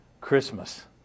Christmas